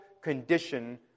condition